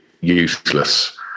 useless